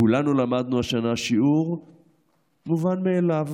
כולנו למדנו השנה שיעור מובן מאליו: